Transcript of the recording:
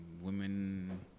women